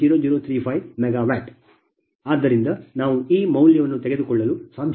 0035 MW ಆದ್ದರಿಂದ ನಾವು ಈ ಮೌಲ್ಯವನ್ನು ತೆಗೆದುಕೊಳ್ಳಲು ಸಾಧ್ಯವಿಲ್ಲ